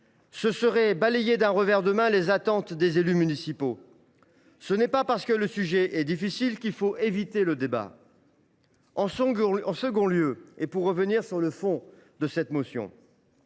reviendrait à balayer d’un revers de la main les attentes des élus municipaux. Or ce n’est pas parce que la question est difficile qu’il faut éviter le débat. En second lieu, et pour en revenir au fond de cette motion,